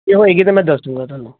ਜੇ ਹੋਏਗੀ ਫਿਰ ਮੈਂ ਦੱਸਾਂਗਾ ਤੁਹਾਨੂੰ